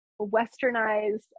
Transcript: westernized